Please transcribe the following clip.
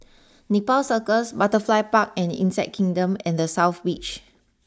Nepal Circus Butterfly Park and Insect Kingdom and the South Beach